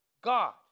God